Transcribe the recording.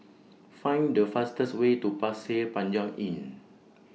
Find The fastest Way to Pasir Panyang Inn